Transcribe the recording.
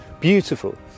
beautiful